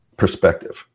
Perspective